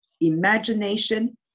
imagination